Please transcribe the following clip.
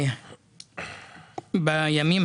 בקשה.